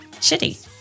Shitty